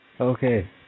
Okay